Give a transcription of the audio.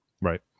Right